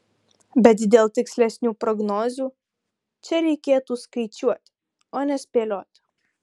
bet dėl tikslesnių prognozių čia reikėtų skaičiuoti o ne spėlioti